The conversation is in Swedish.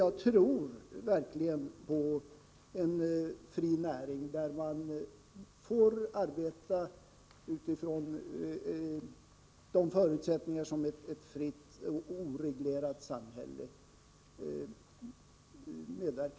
Jag tror verkligen på en fri näring, där man får arbeta utifrån de förutsättningar som ett fritt och oreglerat samhälle ger.